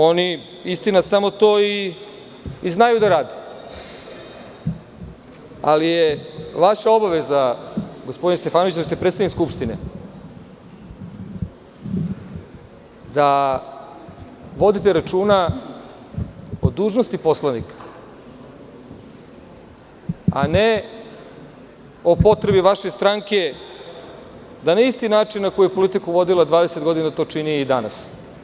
Oni, istina, samo to i znaju da rade, ali je vaša obaveza, gospodine Stefanoviću, dok ste predsednik Skupštine, da vodite računa o dužnosti poslanika, a ne o potrebi vaše stranke da na isti način na koji je politiku vodila 20 godina, da to čini i danas.